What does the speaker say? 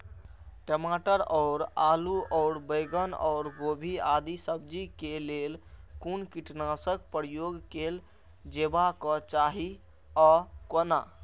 टमाटर और आलू और बैंगन और गोभी आदि सब्जी केय लेल कुन कीटनाशक प्रयोग कैल जेबाक चाहि आ कोना?